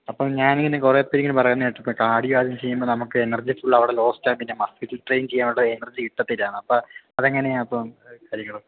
അപ്പം ഞാൻ ഇങ്ങനെ കുറെ പേർ ഇങ്ങനെ പറയുന്നത് കേട്ടിട്ടുണ്ട് കാഡിയോ ആദ്യം ചെയ്യുമ്പം നമുക്ക് എനർജി ഫുള്ളവിടെ ലോസ്റ്റായി പിന്നെ മസിൽ ട്രേയ്ൻ ചെയ്യാനുള്ള എനർജി കിട്ടത്തില്ലാന്ന് അപ്പം അതെങ്ങനെയാണ് അപ്പം കാര്യങ്ങൾ